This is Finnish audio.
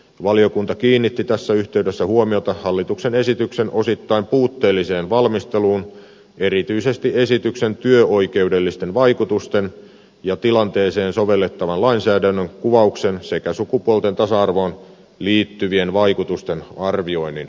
valiokunta kiinnitti tässä yhteydessä huomiota hallituksen esityksen osittain puutteelliseen valmisteluun erityisesti esityksen työoikeudellisten vaikutusten ja tilanteeseen sovellettavan lainsäädännön kuvauksen sekä sukupuolten tasa arvoon liittyvien vaikutusten arvioinnin osalta